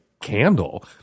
candle